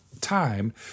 time